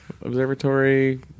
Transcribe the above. Observatory